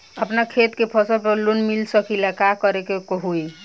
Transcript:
अपना खेत के फसल पर लोन मिल सकीएला का करे के होई?